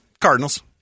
Cardinals